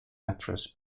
actress